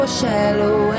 shallow